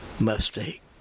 mistake